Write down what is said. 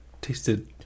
tasted